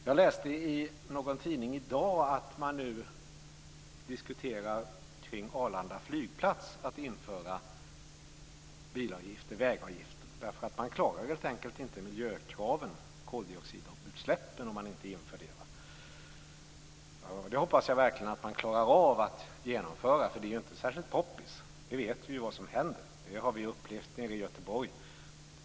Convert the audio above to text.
Jag läste i någon tidning i dag att man nu diskuterar att införa vägavgifter kring Arlanda flygplats, därför att man klarar helt enkelt inte miljökraven om koldioxidutsläppen om man inte inför detta. Det hoppas jag verkligen att man klarar av att genomföra, därför att det är ju inte särskilt poppis. Vi vet ju vad som händer. Det har vi upplevt nere i Göteborg.